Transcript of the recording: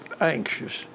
anxious